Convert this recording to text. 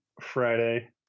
Friday